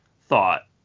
thought